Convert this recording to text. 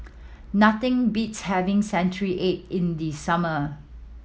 nothing beats having century egg in the summer